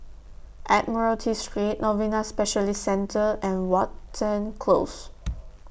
Admiralty Street Novena Specialist Centre and Watten Close